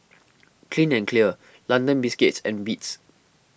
Clean and Clear London Biscuits and Beats